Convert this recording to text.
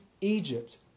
Egypt